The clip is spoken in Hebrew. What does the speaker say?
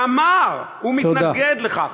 ואמר: הוא מתנגד לכך.